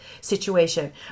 situation